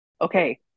okay